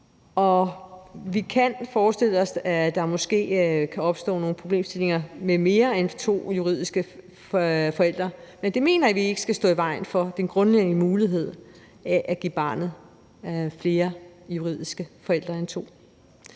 vi kan forestille os, at der måske kan opstå nogle problemstillinger med mere end to juridiske forældre, men det mener vi ikke skal stå i vejen for den grundlæggende mulighed for at give barnet flere juridiske forældre end to.